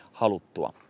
haluttua